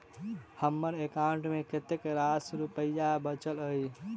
हम्मर एकाउंट मे कतेक रास रुपया बाचल अई?